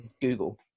Google